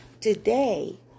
Today